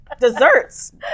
Desserts